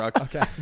Okay